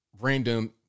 random